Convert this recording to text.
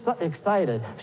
excited